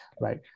right